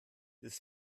ist